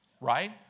right